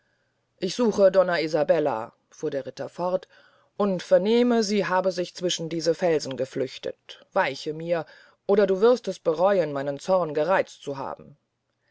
ich suche donna isabella fuhr der ritter fort und vernehme sie habe sich zwischen diese felsen geflüchtet weiche mir oder du wirst es bereuen meinen zorn gereizt zu haben